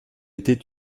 était